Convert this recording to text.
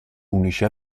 unici